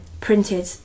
printed